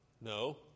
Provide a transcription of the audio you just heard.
no